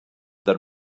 that